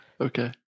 Okay